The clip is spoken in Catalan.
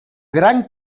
gran